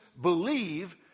believe